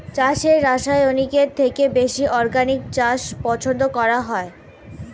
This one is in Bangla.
চাষে রাসায়নিকের থেকে বেশি অর্গানিক চাষ পছন্দ করা হয়